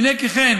הינה כי כן,